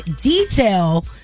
detail